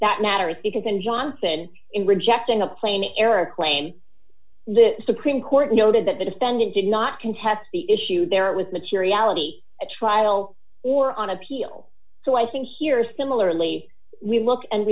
that matters because in johnson in rejecting a plain error a claim the supreme court noted that the defendant did not contest the issue there was materiality a trial or on appeal so i think here similarly we look and